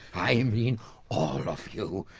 i mean all of you.